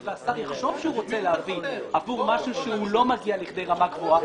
והשר יחשוב שהוא רוצה להביא עבור משהו שהוא לא מגיע לכדי רמה גבוהה,